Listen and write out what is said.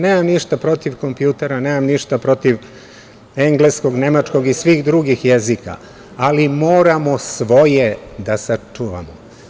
Nemam ništa protiv kompjutera, nemam ništa protiv engleskog, nemačkog i svih drugih jezika, ali moramo svoje da sačuvamo.